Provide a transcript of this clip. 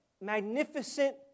magnificent